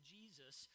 Jesus